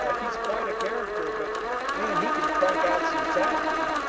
ah he's quite a character, but man, he can crank out some sound.